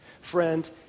Friend